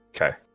Okay